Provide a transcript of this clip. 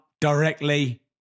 directly